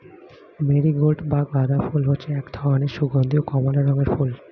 marigold বা গাঁদা ফুল হচ্ছে এক ধরনের সুগন্ধীয় কমলা রঙের ফুল